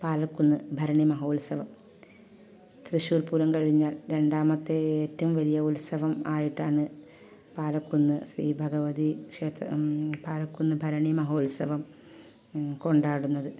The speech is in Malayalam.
പാലക്കുന്ന് ഭരണീ മഹോത്സവം തൃശ്ശൂർ പൂരം കഴിഞ്ഞാൽ രണ്ടാമത്തെ ഏറ്റവും വലിയ ഉത്സവം ആയിട്ടാണ് പാലക്കുന്ന് ശ്രീ ഭഗവതീ ക്ഷേ പാലക്കുന്ന് ഭരണി മഹോത്സവം കൊണ്ടാടുന്നത്